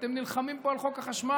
ואתם נלחמים פה על חוק החשמל,